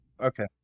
Okay